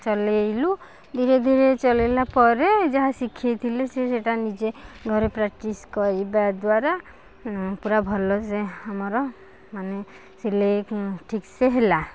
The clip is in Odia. ଚଲାଇଲୁ ଧୀରେ ଧୀରେ ଚଲାଇଲା ପରେ ଯାହା ଶିଖିଥିଲି ସେ ସେଇଟା ନିଜେ ଘରେ ପ୍ରାକ୍ଟିସ କରିବା ଦ୍ଵାରା ପୁରା ଭଲ ସେ ଆମର ମାନେ ସିଲେଇ ଠିକ୍ ସେ ହେଲା